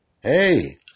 Hey